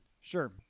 Sure